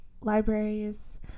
libraries